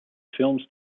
films